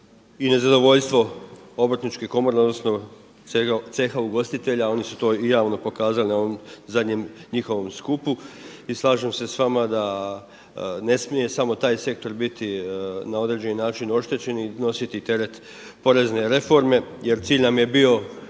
i nezadovoljstvo u Obrtničkoj komori odnosno ceha ugostitelja. Oni su to i javno pokazali na ovom zadnjem njihovom skupu i slažem se s vama da ne smije samo taj sektor biti na određen način oštećen i nositi teret porezne reforme, jer cilj nam je bio